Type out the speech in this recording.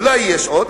אולי יש עוד,